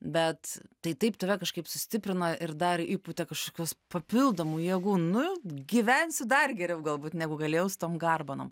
bet tai taip tave kažkaip sustiprino ir dar įpūtė kažkokius papildomų jėgų nu gyvensi dar geriau galbūt negu galėjau su tom garbanom